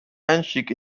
einstieg